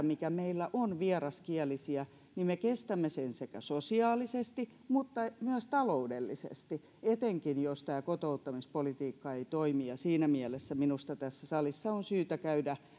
mikä meillä on vieraskielisiä me kestämme sosiaalisesti mutta myös taloudellisesti etenkin jos tämä kotouttamispolitiikka ei toimi siinä mielessä minusta tässä salissa on syytä käydä